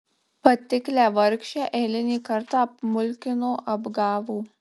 patiklią vargšę eilinį kartą apmulkino apgavo